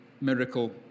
miracle